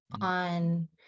on